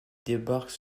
débarque